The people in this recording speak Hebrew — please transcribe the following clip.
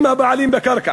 הם הבעלים בקרקע.